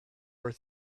her